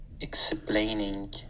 explaining